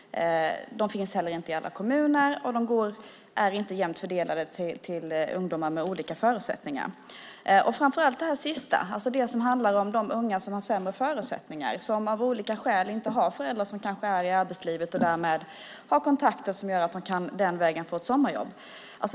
De finns heller inte i alla kommuner, och de är inte jämnt fördelade till ungdomar med olika förutsättningar. Framför allt handlar det om det här sista, om de unga som har sämre förutsättningar, som av olika skäl inte har föräldrar som är i arbetslivet och därmed har kontakter som gör att de den vägen kan få ett sommarjobb.